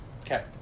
Okay